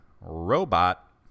robot